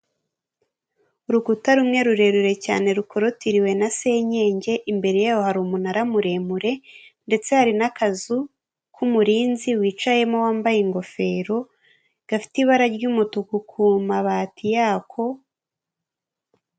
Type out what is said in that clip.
Urukuta rumwe rurerure cyane rukotiriwe na senyenge imbere yaho hari umunara muremure, ndetse hari n'akazu k'umurinzi wicayemo wambaye ingofero gafite ibara ry'umutuku ku mabati yako.